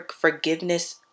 forgiveness